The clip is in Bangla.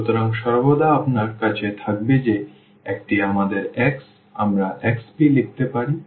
সুতরাং সর্বদা আপনার কাছে থাকবে যে এটি আমাদের x আমরা xp লিখতে পারি